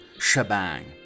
shebang